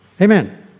amen